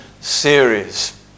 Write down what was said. series